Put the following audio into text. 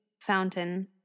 fountain